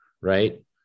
right